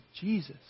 Jesus